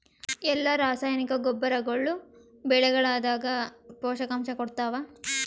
ಎಲ್ಲಾ ರಾಸಾಯನಿಕ ಗೊಬ್ಬರಗೊಳ್ಳು ಬೆಳೆಗಳದಾಗ ಪೋಷಕಾಂಶ ಕೊಡತಾವ?